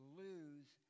lose